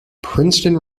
princeton